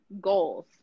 goals